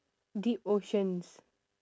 deep oceans